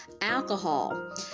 alcohol